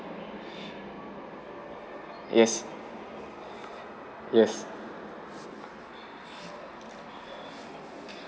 yes yes